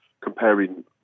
comparing